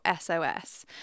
sos